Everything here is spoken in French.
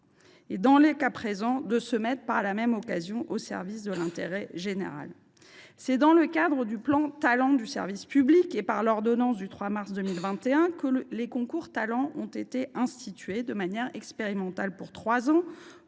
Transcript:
la même occasion, de se mettre au service de l’intérêt général. C’est dans le cadre du plan Talents du service public et par l’ordonnance du 3 mars 2021 que les concours Talents ont été institués de manière expérimentale, pour trois ans,